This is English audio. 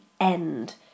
end